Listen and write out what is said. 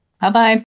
Bye-bye